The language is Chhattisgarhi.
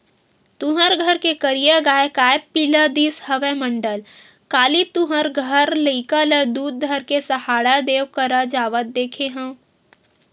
तुँहर घर के करिया गाँय काय पिला दिस हवय मंडल, काली तुँहर घर लइका ल दूद धर के सहाड़ा देव करा जावत देखे हँव?